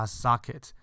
socket